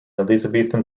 elizabethan